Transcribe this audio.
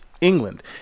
England